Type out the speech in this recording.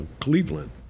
Cleveland